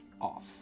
off